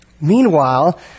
Meanwhile